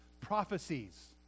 prophecies